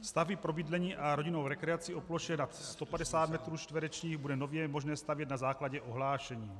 Stavby pro bydlení a rodinnou rekreaci o ploše nad 150 metrů čtverečních bude nově možné stavět na základě ohlášení.